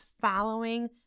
following